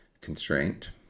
constraint